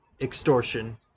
extortion